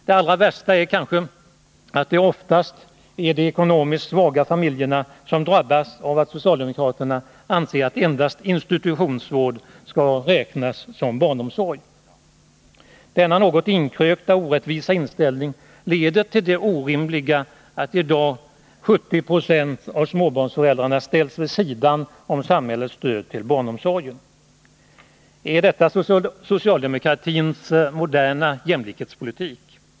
Det allra värsta är kanske att det oftast är de ekonomiskt svaga familjerna som drabbas av att socialdemokraterna anser att endast institutionsvård skall räknas som barnomsorg. Denna något inkrökta och orättvisa inställning leder till det orimliga förhållandet att i dag 70 90 av småbarnsföräldrarna ställs vid sidan av samhällets stöd till barnomsorgen. Är detta socialdemokratins moderna jämlikhetspolitik?